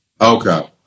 okay